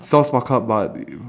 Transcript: sounds fuck up but i~